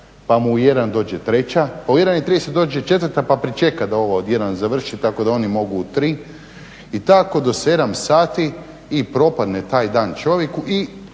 pa mu u 1 dođe treća, pa u 1,30 dođe četvrta pa pričeka da ova od 1 završi tako da oni mogu u 3 i tako do 7 sati i propadne taj dan čovjeku i